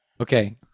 Okay